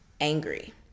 angry